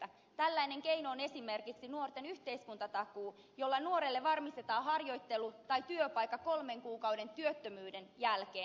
tällainen keino on esimerkiksi nuorten yhteiskuntatakuu jolla nuorelle varmistetaan harjoittelu tai työpaikka kolmen kuukauden työttömyyden jälkeen